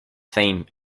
theme